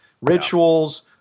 Rituals